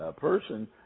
person